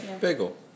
bagel